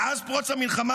מאז פרוץ המלחמה,